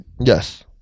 Yes